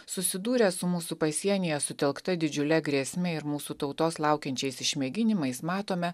susidūrę su mūsų pasienyje sutelkta didžiule grėsme ir mūsų tautos laukiančiais išmėginimais matome